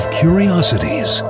curiosities